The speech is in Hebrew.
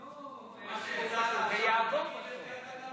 זה יעבור בסוף.